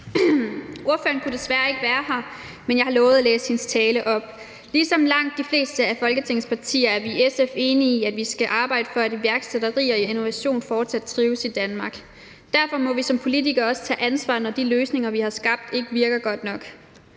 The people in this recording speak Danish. på området kunne desværre ikke være her, men jeg har lovet at læse hendes tale op. Ligesom langt de fleste af Folketingets partier er vi i SF enige i, at vi skal arbejde for, at iværksætteri og innovation fortsat trives i Danmark. Derfor må vi som politikere også tage ansvar, når de løsninger, vi har skabt, ikke virker godt nok.